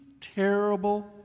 terrible